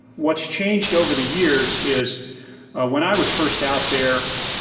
what's changed over the years is when i was first out there,